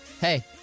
Hey